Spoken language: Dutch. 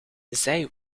zij